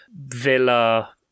Villa